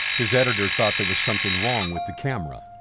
his editor thought there was something wrong with the camera.